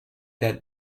that